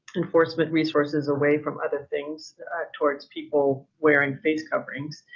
enforcement resources away from other things towards people wearing face coverings.